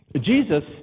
Jesus